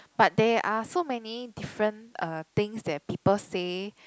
but there are so many different uh things that people say